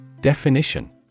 Definition